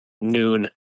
noon